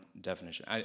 definition